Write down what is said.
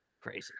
crazy